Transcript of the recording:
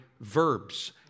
verbs